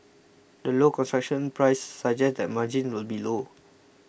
the low construction price suggests that margins will be low